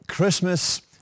Christmas